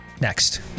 next